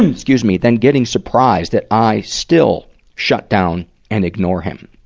and excuse me. then getting surprised that i still shut down and ignore him.